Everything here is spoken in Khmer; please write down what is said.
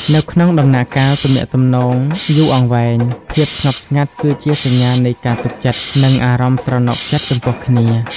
នៅក្នុងដំណាក់កាលទំនាក់ទំនងយូរអង្វែង ភាពស្ងប់ស្ងាត់គឺជាសញ្ញានៃការទុកចិត្ត និងអារម្មណ៍ស្រណុកចិត្តចំពោះគ្នា។